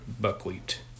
buckwheat